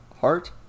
heart